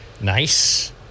nice